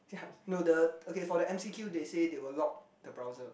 yea no the okay for the M_C_Q they say they will lock the browser